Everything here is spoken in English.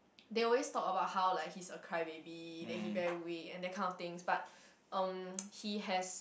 they always talk about how like he's a crybaby then he very weak and that kind of things but um he has